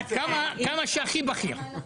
כמה שהכי בכיר...